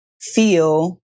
feel